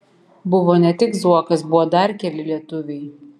buvo ne tik zuokas buvo dar keli lietuviai